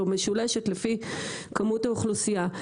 או משולשת לפי כמות האוכלוסייה.